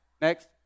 Next